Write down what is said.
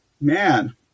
man